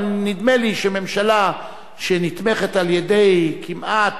אבל נדמה לי שממשלה שנתמכת על-ידי כמעט,